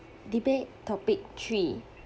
debate topic three